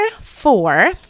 four